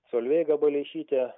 solveiga baleišytė